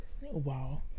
Wow